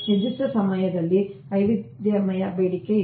ನಿರ್ದಿಷ್ಟ ಸಮಯದಲ್ಲಿ ವೈವಿಧ್ಯಮಯ ಬೇಡಿಕೆಗೆ ಇದೆ